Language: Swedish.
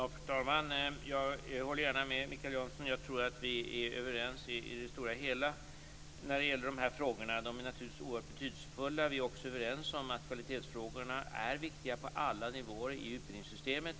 Fru talman! Jag håller gärna med Mikael Jansson. Jag tror att vi är överens i det stora hela när det gäller de här frågorna. De är naturligtvis oerhört betydelsefulla. Vi är också överens om att kvalitetsfrågorna är viktiga på alla nivåer i utbildningssystemet.